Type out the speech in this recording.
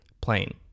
Plane